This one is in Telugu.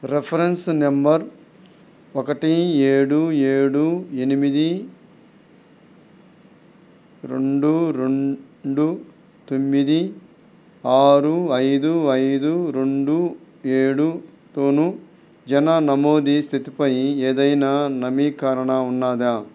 రిఫరెన్స్ నంబర్ ఒకటి ఏడు ఏడు ఎనిమిది రెండు రెండు తొమ్మిది ఆరు ఐదు ఐదు రెండు ఏడుతోను జనన నమోదు స్థితిపై ఏదైనా నవీకరణ ఉన్నదా